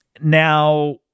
now